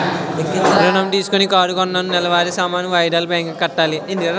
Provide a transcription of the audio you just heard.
ఋణం తీసుకొని కారు కొన్నాను నెలవారీ సమాన వాయిదాలు బ్యాంకు కి కట్టాలి